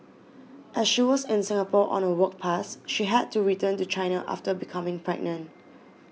as she was in Singapore on a work pass she had to return to China after becoming pregnant